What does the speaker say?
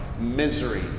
misery